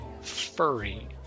furry